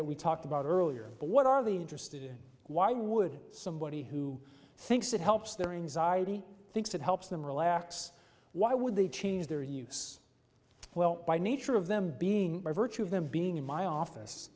that we talked about earlier but what are they interested in why would somebody who thinks it helps their anxiety thinks it helps them relax why would they change their use well by nature of them being by virtue of them being in my office